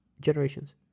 generations